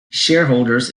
shareholders